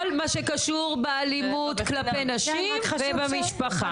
מה שקשור לאלימות כלפי נשים ואלימות במשפחה.